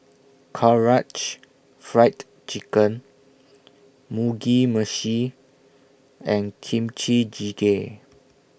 Karaage Fried Chicken Mugi Meshi and Kimchi Jjigae